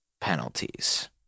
penalties